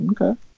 Okay